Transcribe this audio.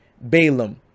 Balaam